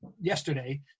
yesterday